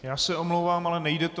Já se omlouvám, ale nejde to.